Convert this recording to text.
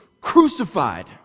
crucified